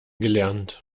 gelernt